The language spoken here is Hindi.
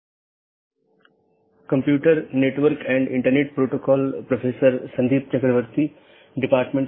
नमस्कार हम कंप्यूटर नेटवर्क और इंटरनेट पाठ्यक्रम पर अपनी चर्चा जारी रखेंगे